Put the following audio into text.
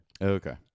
okay